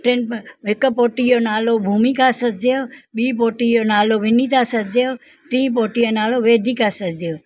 टिनि हिकु पोटी जो नालो भूमिका सचदेवा ॿीं पोटी जो नालो विनिता सचदेवा टी पोटी जो नालो वेदिका सचदेवा